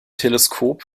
teleskop